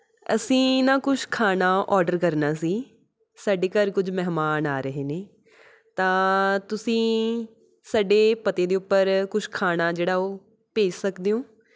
ਅਸੀਂ ਨਾ ਕੁਛ ਖਾਣਾ ਔਡਰ ਕਰਨਾ ਸੀ ਸਾਡੇ ਘਰ ਕੁਝ ਮਹਿਮਾਨ ਆ ਰਹੇ ਨੇ ਤਾਂ ਤੁਸੀਂ ਸਾਡੇ ਪਤੇ ਦੇ ਉੱਪਰ ਕੁਛ ਖਾਣਾ ਜਿਹੜਾ ਉਹ ਭੇਜ ਸਕਦੇ ਹੋ